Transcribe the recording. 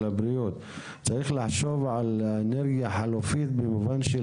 צריך לחשוב על אנרגיה חלופית במובן של